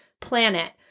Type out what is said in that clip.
planet